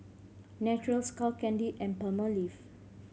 Naturel Skull Candy and Palmolive